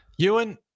Ewan